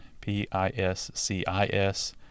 P-I-S-C-I-S